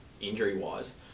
injury-wise